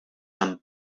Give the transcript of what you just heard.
san